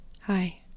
hi